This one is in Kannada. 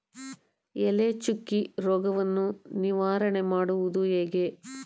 ಎಲೆ ಚುಕ್ಕಿ ರೋಗವನ್ನು ನಿವಾರಣೆ ಮಾಡುವುದು ಹೇಗೆ?